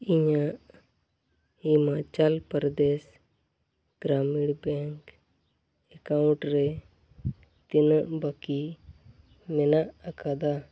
ᱤᱧᱟᱹᱜ Himachal Pradesh Gramin bank account ᱨᱮ ᱛᱤᱱᱟᱹᱜ ᱵᱟᱹᱠᱤ ᱢᱮᱱᱟᱜ ᱟᱠᱟᱫᱟ